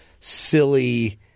silly